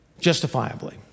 Justifiably